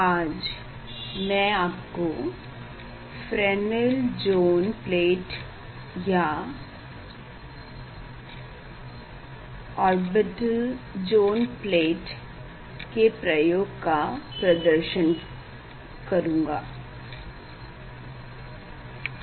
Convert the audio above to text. आज मैं आपके लिए फ्रेनेल ज़ोन प्लेट या ऑरबिटल ज़ोन प्लेट के प्रयोग का प्रदर्शन करूँगा